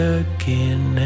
again